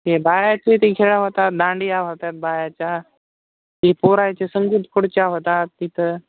ते बायाचे ती खेळ्या होतात दांडिया होतात बायाच्या ती पोराच्या संगीत खुर्च्या होतात तिथं